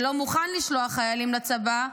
שלא מוכן לשלוח חיילים לצבא,